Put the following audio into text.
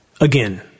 Again